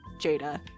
jada